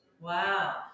Wow